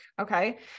okay